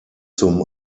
zum